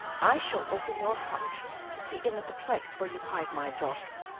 i shall open your heart to see in it the place where you hide my daughter.